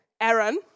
Aaron